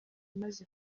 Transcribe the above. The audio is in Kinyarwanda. umaze